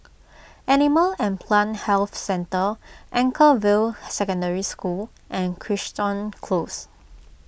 Animal and Plant Health Centre Anchorvale Secondary School and Crichton Close